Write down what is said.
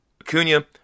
Acuna